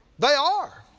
they are.